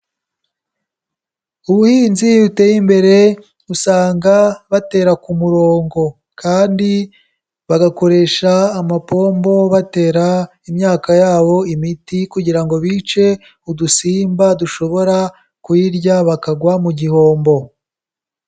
Ubuhinzi buteye imbere, usanga batera ku murongo kandi bagakoresha amapombo batera imyaka yabo imiti kugira ngo bice udusimba dushobora kuyirya bakagwa mu gihombo.